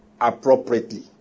appropriately